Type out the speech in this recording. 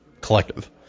collective